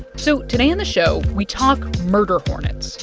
so today on the show, we talk murder hornets.